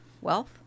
wealth